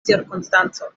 cirkonstanco